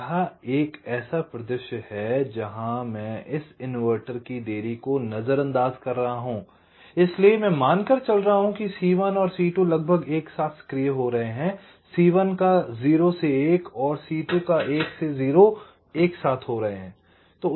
यह एक ऐसा परिदृश्य है जहां मैं इस इन्वर्टर की देरी को नजरअंदाज कर रहा हूं इसलिए मैं मान कर चल रहा हूँ कि C1 और C2 लगभग एक साथ सक्रिय हो रहे हैं I C1 का 0 से 1 और C2 का 1 से 0 एक साथ हो रहे हैं